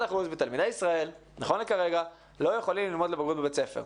51% מתלמידי ישראל לא יכולים ללמוד לבגרות בבית ספר.